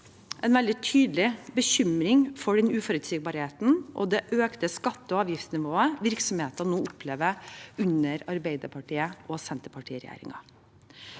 en veldig tydelig bekymring for uforutsigbarheten og det økte skatte- og avgiftsnivået virksomhetene nå opplever under Arbeiderparti–Senterparti-regjeringen.